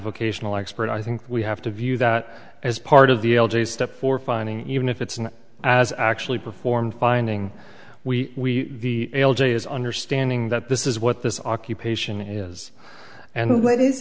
vocational expert i think we have to view that as part of the l g step for finding even if it's not as actually performed finding we the l g is understanding that this is what this occupation is and what is